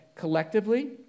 collectively